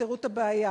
יפתרו את הבעיה.